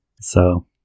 So-